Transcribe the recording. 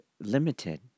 limited